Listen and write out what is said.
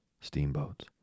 Steamboats